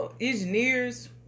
engineers